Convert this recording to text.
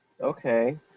okay